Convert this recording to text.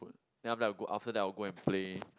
food then I'm like go after that I'll go and play